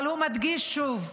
אבל הוא מדגיש, שוב,